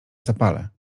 zapale